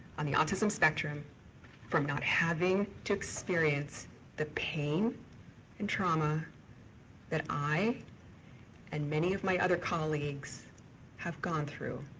on the autism spectrum from not having to experience the pain and trauma that i and many of my other colleagues have gone through,